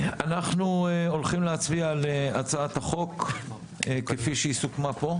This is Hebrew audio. אנחנו הולכים להצביע על הצעת החוק כפי שהיא סוכמה פה.